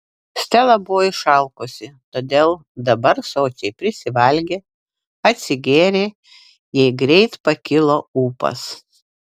stela buvo išalkusi todėl dabar sočiai prisivalgė atsigėrė jai greit pakilo ūpas